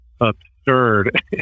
absurd